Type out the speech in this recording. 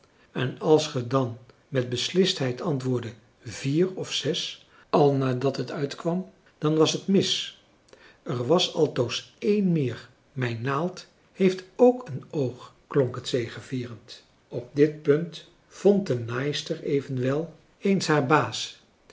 en als ge dan met beslistheid antwoorddet vier of zes al naardat het uitkwam dan was het mis er was altoos één meer mijn naald heeft ook een oog klonk het zegevierend op dit punt vond de naaister françois haverschmidt familie en kennissen evenwel eens haar baas